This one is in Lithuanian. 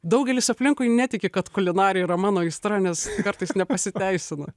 daugelis aplinkui netiki kad kulinarija yra mano aistra nes kartais nepasiteisina